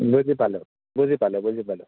বুজি পালোঁ বুজি পালোঁ বুজি পালোঁ